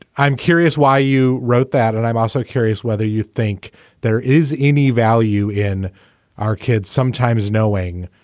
i'm curious why you wrote that. and i'm also curious whether you think there is any value in our kids sometimes knowing.